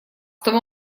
того